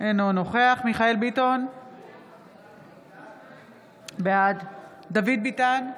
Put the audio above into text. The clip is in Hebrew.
אינו נוכח מיכאל מרדכי ביטון, בעד דוד ביטן,